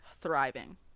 Thriving